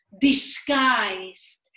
disguised